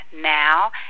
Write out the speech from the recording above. now